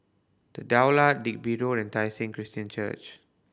The Daulat Digby Road and Tai Seng Christian Church